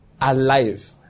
Alive